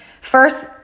First